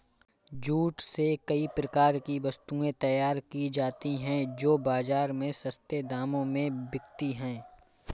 jute से कई प्रकार की वस्तुएं तैयार की जाती हैं जो बाजार में सस्ते दामों में बिकती है